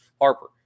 Harper